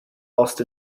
lost